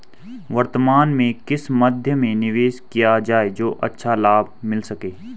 वर्तमान में किस मध्य में निवेश किया जाए जो अच्छा लाभ मिल सके?